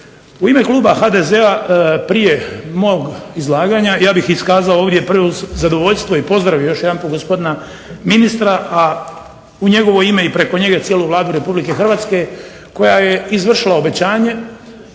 U ime Kluba HDZ-a prije mog izlaganja ja bih iskazao ovdje zadovoljstvo i pozdravio ovdje gospodina ministra, a u njegovo ime i preko njega cijelu Vladu Republike Hrvatske koja je izvršila obećanje,